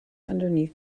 underneath